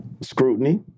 scrutiny